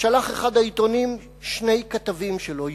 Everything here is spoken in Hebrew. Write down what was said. שלח אחד העיתונים שני כתבים שלו,